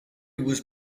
was